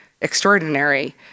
extraordinary